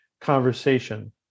conversation